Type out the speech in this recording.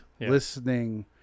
listening